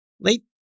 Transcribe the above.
late